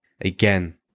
again